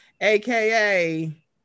aka